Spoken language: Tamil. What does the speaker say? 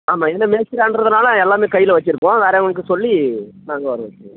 ஆமாம் இதில் மேஸ்த்ரி ஆள்ன்றதுனால எல்லாமே கையில வச்சுருக்கோம் வேறவங்களுக்கு சொல்லி நாங்கள்